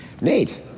Nate